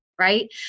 Right